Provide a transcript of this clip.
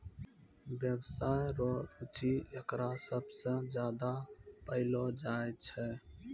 व्यवसाय रो रुचि एकरा सबसे ज्यादा पैलो जाय छै